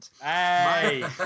Hey